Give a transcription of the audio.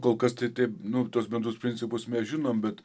kol kas tai taip nu tuos bendrus principus mes žinom bet